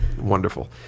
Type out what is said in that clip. wonderful